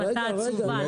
החלטה עצובה,